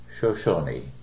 Shoshone